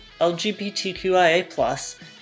LGBTQIA+